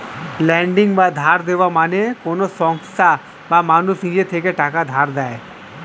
lending বা ধার দেওয়া মানে কোন সংস্থা বা মানুষ নিজের থেকে টাকা ধার দেয়